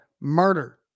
murder